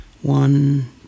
one